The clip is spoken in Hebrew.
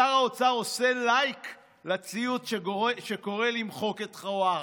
שר האוצר עושה לייק לציוץ שקורא למחוק את חווארה,